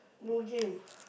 no game